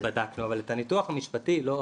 בדקנו, אבל את הניתוח המשפטי לא.